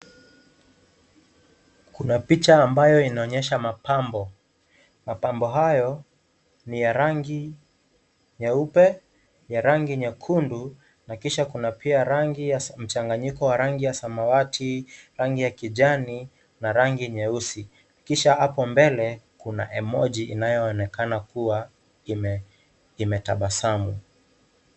Kuna picha ambayo inaonyesha mapambo, mapambo hayo niya rangi nyeupe, ya rangi nyekundu na kisha kuna pia rangi ya mchanganyiko wa rangi ya samawati, rangi ya kijani na rangi nyeusi, kisha hapo mbele kuna emoji inayoonekana kuwa imetabasamu.